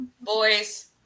boys